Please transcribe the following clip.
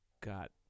got